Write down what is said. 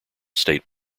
state